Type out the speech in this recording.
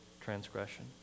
transgression